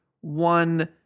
one